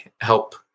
help